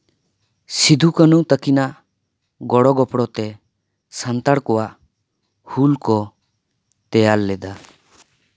ᱥᱤᱫᱷᱩᱼᱠᱟᱹᱱᱦᱩ ᱛᱟᱹᱠᱤᱱᱟᱜ ᱜᱚᱲᱚ ᱜᱚᱯᱲᱚ ᱛᱮ ᱥᱟᱱᱛᱟᱲ ᱠᱚᱣᱟᱜ ᱦᱩᱞ ᱠᱚ ᱛᱮᱭᱟᱨ ᱞᱮᱫᱟ